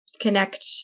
connect